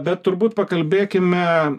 bet turbūt pakalbėkime